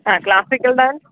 ആ classical dance